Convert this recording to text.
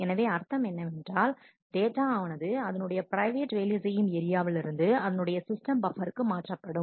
எனவே என்ன அர்த்தம் என்றால் டேட்டா ஆனது அதனுடைய பிரைவேட் வேலை செய்யும் ஏரியாவில் இருந்து அதனுடைய சிஸ்டம் பப்பருக்கு மாற்றப்படும்